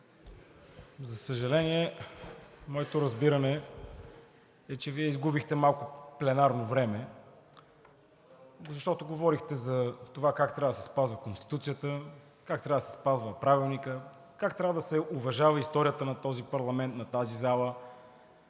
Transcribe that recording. за съжаление, моето разбиране е, че Вие изгубихте малко пленарно време, защото говорихте за това как трябва да се спазва Конституцията, как трябва да се спазва Правилникът, как трябва да се уважава историята на този парламент, на тази зала.